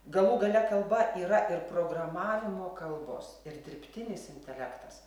galų gale kalba yra ir programavimo kalbos ir dirbtinis intelektas